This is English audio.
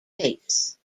pace